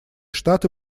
штаты